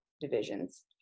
divisions